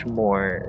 more